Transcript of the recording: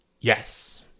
Yes